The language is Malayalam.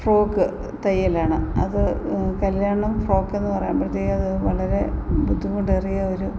ഫ്രോക്ക് തയ്യലാണ് അത് കല്ല്യാണം ഫ്രോക്ക് എന്നു പറയുമ്പോഴത്തേക്ക് അതു വളരെ ബുദ്ധിമുട്ടേറിയ ഒരു